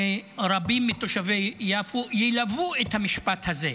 ורבים מתושבי יפו ילוו את המשפט הזה,